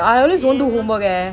same lah